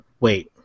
wait